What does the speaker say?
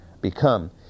become